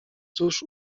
cóż